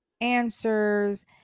answers